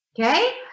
Okay